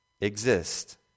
exist